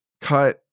cut